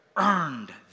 Earned